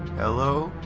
hello?